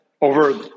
over